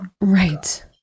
Right